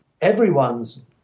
everyone's